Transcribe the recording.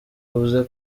bavuze